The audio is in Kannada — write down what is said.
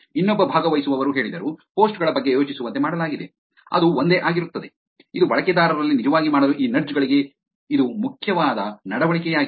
ಇನ್ನೊಬ್ಬ ಭಾಗವಹಿಸುವವರು ಹೇಳಿದರು ಪೋಸ್ಟ್ ಗಳ ಬಗ್ಗೆ ಯೋಚಿಸುವಂತೆ ಮಾಡಲಾಗಿದೆ ಅದು ಒಂದೇ ಆಗಿರುತ್ತದೆ ಇದು ಬಳಕೆದಾರರಲ್ಲಿ ನಿಜವಾಗಿ ಮಾಡಲು ಈ ನಡ್ಜ್ ಗಳಿಗೆ ಇದು ಮುಖ್ಯವಾದ ನಡವಳಿಕೆಯಾಗಿದ